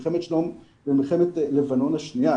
במלחמת לבנון השנייה.